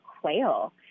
quail